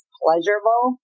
pleasurable